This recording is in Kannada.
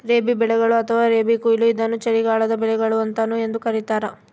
ರಬಿ ಬೆಳೆಗಳು ಅಥವಾ ರಬಿ ಕೊಯ್ಲು ಇದನ್ನು ಚಳಿಗಾಲದ ಬೆಳೆಗಳು ಅಂತಾನೂ ಎಂದೂ ಕರೀತಾರ